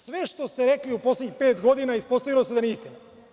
Sve što ste rekli u poslednjih pet godina, ispostavilo se da niste.